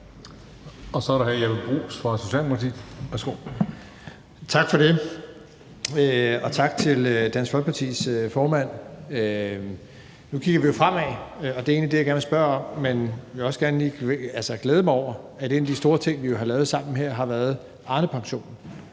Så er det hr. Jeppe Bruus fra Socialdemokratiet. Værsgo. Kl. 13:06 Jeppe Bruus (S): Tak for det. Og tak til Dansk Folkepartis formand. Nu kigger vi jo fremad, og det er egentlig det, jeg gerne vil spørge om, men jeg vil også gerne lige glæde mig over, at en af de store ting, vi har lavet sammen her, jo har været Arnepensionen,